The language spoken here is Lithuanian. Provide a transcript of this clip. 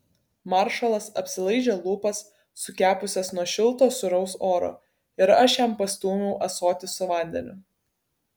maršalas apsilaižė lūpas sukepusias nuo šilto sūraus oro ir aš jam pastūmiau ąsotį su vandeniu